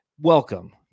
Welcome